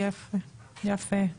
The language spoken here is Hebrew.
הלל יפה,